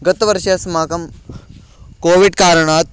गतवर्षे अस्माकं कोविड् कारणात्